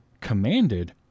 commanded